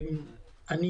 קודם כול,